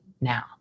now